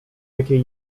jakiej